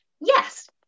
yes